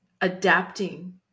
adapting